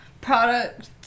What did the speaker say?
product